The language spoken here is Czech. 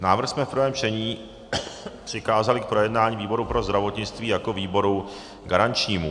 Návrh jsme v prvém čtení přikázali k projednání výboru pro zdravotnictví jako výboru garančnímu.